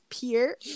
Peer